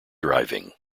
driving